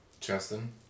Justin